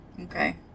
Okay